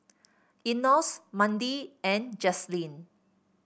Enos Mandi and Jazlene